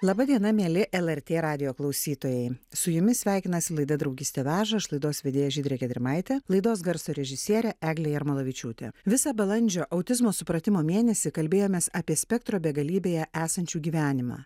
laba diena mieli lrt radijo klausytojai su jumis sveikinasi laida draugystė veža aš laidos vedėja žydrė gedrimaitė laidos garso režisierė eglė jarmolavičiūtė visą balandžio autizmo supratimo mėnesį kalbėjomės apie spektro begalybėje esančių gyvenimą